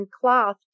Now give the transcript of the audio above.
cloth